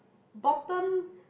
bottom